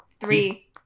Three